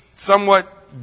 Somewhat